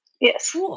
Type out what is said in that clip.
Yes